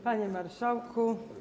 Panie Marszałku!